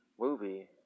movie